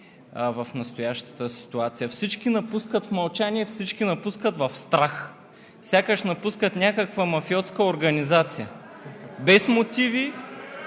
в настоящата ситуация. Всички напускат в мълчание, всички напускат в страх сякаш напускат някаква мафиотска организация без мотиви